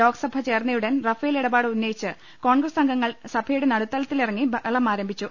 ലോക്സഭ ചേർന്നയുടൻ റഫേൽ ഇടപാട് ഉന്നയിച്ച് കോൺഗ്രസ് അംഗങ്ങൾ സഭയുടെ നടുത്തളത്തിലിറങ്ങി ബഹളമാരംഭിച്ചു